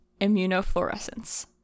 Immunofluorescence